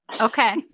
Okay